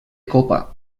copa